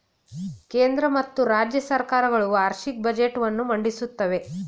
ಕೇಂದ್ರ ಮತ್ತು ರಾಜ್ಯ ಸರ್ಕಾರ ಗಳು ವಾರ್ಷಿಕ ಬಜೆಟ್ ಅನ್ನು ಮಂಡಿಸುತ್ತವೆ